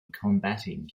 combating